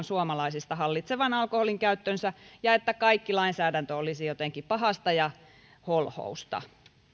suomalaisista hallitsee alkoholinkäyttönsä ja että kaikki lainsäädäntö olisi jotenkin pahasta ja holhousta